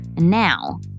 now